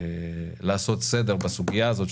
לעשות סדר בסוגיה הזאת,